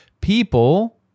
people